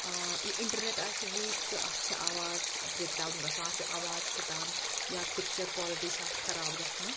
internet آسہِ weak تہٕ اَتھ چھِ آواز برٛیک ڈاوُن گژھان اَتھ چھِ آواز پھٕٹان یا پِکچَر کالٹی چھِ اَتھ خراب گژھان